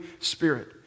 Spirit